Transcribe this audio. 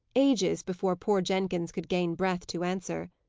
ages before poor jenkins could gain breath to answer.